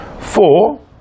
Four